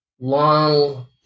long